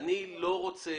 אני לא רוצה